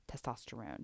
testosterone